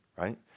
Right